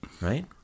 right